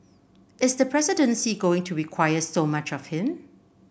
is the presidency going to require so much of him